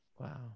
Wow